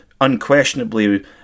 unquestionably